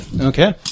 Okay